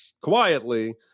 quietly